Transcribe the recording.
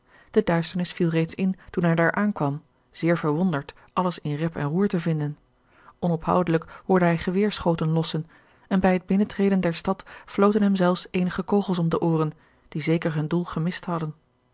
de duisternis viel reeds in toen hij daar aankwam zeer verwonderd alles in rep en roer te vinden onophoudelijk hoorde hij geweerschoten lossen en bij het binnentreden der stad floten hem zelfs eenige kogels om de ooren die zeker hun doel gemist hadden